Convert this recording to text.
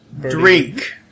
drink